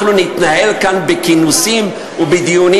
אנחנו נתנהל כאן בכינוסים ובדיונים